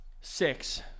Six